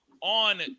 on